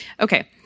Okay